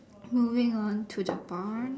moving on to the barn